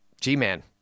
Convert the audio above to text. G-Man